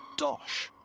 dosh,